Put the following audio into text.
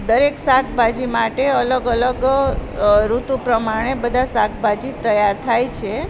દરેક શાકભાજી માટે અલગ અલગ ઋતુ પ્રમાણે બધા શાકભાજી તૈયાર થાય છે